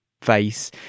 face